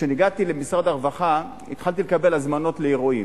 כשהגעתי למשרד הרווחה התחלתי לקבל הזמנות לאירועים,